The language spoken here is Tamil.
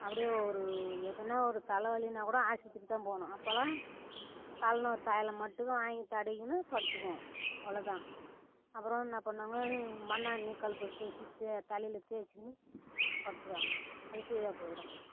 அப்படியே ஒரு எதுனா ஒரு தலைவலின்னா கூட ஆஸ்பத்திரிக்கு தான் போகணும் அப்போல்லாம் தல்னோ தைலம் மட்டுந்தான் வாங்கி தடவிக்கின்னு படுத்துக்குவோம் அவ்வளோ தான் அப்புறோம் என்ன பண்ணுவாங்க மண்ணெண்ணையும் கற்பூரத்தையும் வச்சி தே தலையில தேய்ச்சிக்கின்னு படுத்துக்குவாங்க அது சரியாக போயிடும்